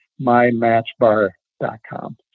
mymatchbar.com